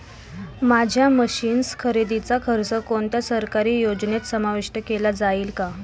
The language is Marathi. माझ्या मशीन्स खरेदीचा खर्च कोणत्या सरकारी योजनेत समाविष्ट केला जाईल का?